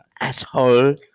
Asshole